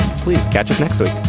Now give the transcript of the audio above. please catch up next week